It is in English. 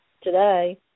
today